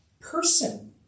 person